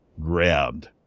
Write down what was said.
grabbed